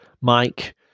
Mike